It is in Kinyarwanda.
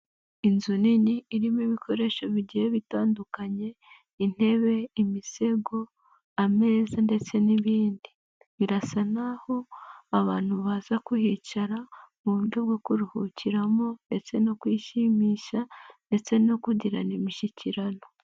Inzu nini irimo ibikoresho bigiye bitandukanye intebe, imisego, ameza ndetse n'ibindi, birasa n'aho abantu baza kuhicara mu buryo bwo kuruhukiramo ndetse no kwishimisha ndetse no kugirana imishyikirano.